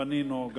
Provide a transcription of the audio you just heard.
פנינו,